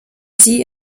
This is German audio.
sie